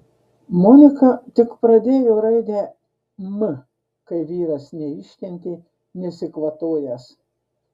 monika tik pradėjo raidę m kai vyras neiškentė nesikvatojęs